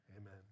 amen